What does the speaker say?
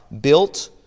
built